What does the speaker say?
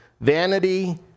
vanity